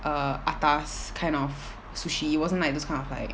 err atas kind of sushi wasn't like those kind of like